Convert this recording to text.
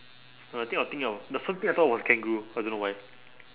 uh I think I'll think of the first thing I thought was kangaroo I don't know why